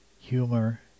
humor